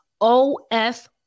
O-F